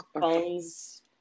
phones